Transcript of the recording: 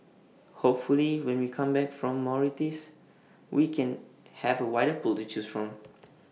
hopefully when we come back from Mauritius we can have A wider pool to choose from